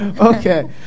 Okay